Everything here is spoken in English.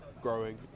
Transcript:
growing